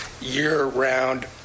year-round